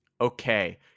Okay